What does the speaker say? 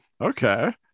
Okay